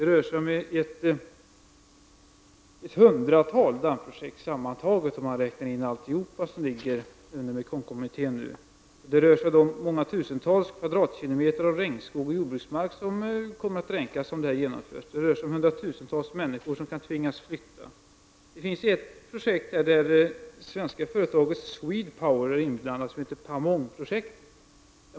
Det rör sig sammantaget om ett hundratal dammprojekt, och många tusentals kvadratkilometer regnskog och jordbruksmark kommer att dränkas, om projekten genomförs. Dessutom kan hundratusentals människor tvingas att flytta. I ett annat projekt, det s.k. Pa Mong-projektet, är det svenska företaget Swedpower inblandat.